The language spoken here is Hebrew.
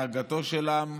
הנהגתו של עם,